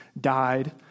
died